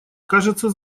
кажется